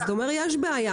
אתה אומר "יש בעיה".